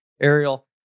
ariel